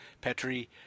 Petri